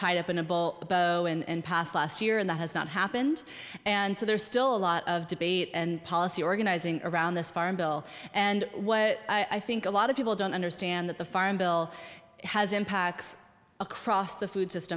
tied up in a bull and passed last year in the has not happened and so there's still a lot of debate and policy organizing around this farm bill and what i think a lot of people don't understand that the farm bill has impacts across the food